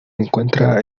encuentra